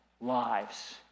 lives